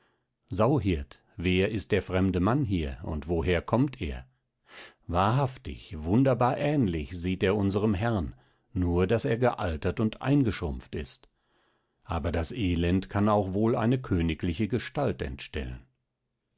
sauhirt wer ist der fremde mann hier und woher kommt er wahrhaftig wunderbar ähnlich sieht er unserem herrn nur daß er gealtert und eingeschrumpft ist aber das elend kann auch wohl eine königliche gestalt entstellen